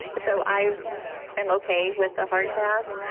so i am okay with the hard path.